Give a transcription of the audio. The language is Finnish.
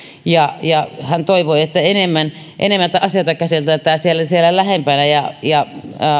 ja ja hän toivoi että enemmän enemmän asioita käsiteltäisiin siellä siellä lähempänä ja ja